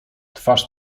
twarz